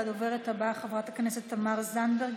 הדוברת הבאה, חברת הכנסת מר זנדברג.